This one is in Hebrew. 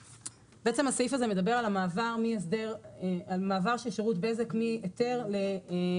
בעצם הסעיף הזה מדבר על המעבר של שירות בזק מהיתר לרישיון.